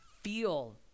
feel